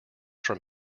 from